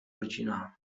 rodzina